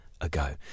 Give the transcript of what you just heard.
Ago